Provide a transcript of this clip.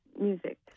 music